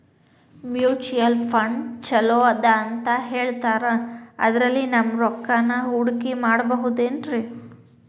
Mutual fund ಛಲೋ ಅದಾ ಅಂತಾ ಹೇಳ್ತಾರ ಅದ್ರಲ್ಲಿ ನಮ್ ರೊಕ್ಕನಾ ಹೂಡಕಿ ಮಾಡಬೋದೇನ್ರಿ?